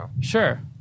Sure